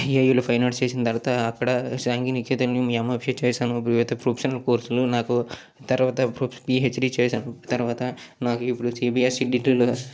ఏయులో fine arts చేసిన తర్వాత అక్కడ శాంతినికేతన్లో యుమ్యఫ్యు చేశాను వివిధ ప్రొఫెషనల్ కోర్సులు నాకు తర్వాత పిహెచ్డి చేశాను తర్వాత నాకు ఇప్పుడు సీబీఎస్ఈ ఈ డీగ్రీలో